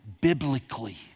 biblically